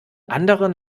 anderer